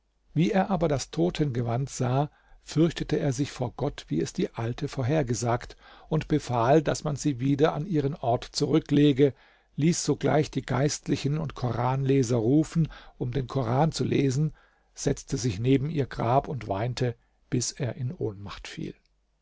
wie er aber das totengewand sah fürchtete er sich vor gott wie es die alte vorhergesagt und befahl daß man sie wieder an ihren ort zurücklege ließ sogleich die geistlichen und koranleser rufen um den koran zu lesen setzte sich neben ihr grab und weinte bis er in ohnmacht fiel